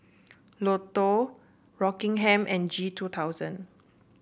Lotto Rockingham and G two thousand